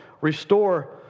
restore